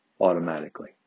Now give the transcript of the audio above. automatically